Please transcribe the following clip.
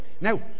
now